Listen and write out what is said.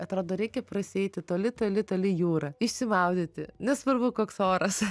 atrodo reikia prasieiti toli toli toli jūra išsimaudyti nesvarbu koks oras